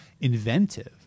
inventive